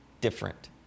different